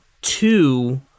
two